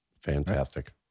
fantastic